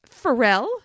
Pharrell